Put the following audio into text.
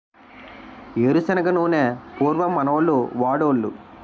ఏరు శనగ నూనె పూర్వం మనోళ్లు వాడోలు